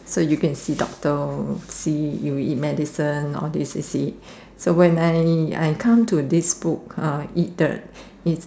so you can see doctor see you eat medicine all this you see so when I I come to this book uh it the it